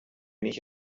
ich